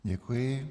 Děkuji.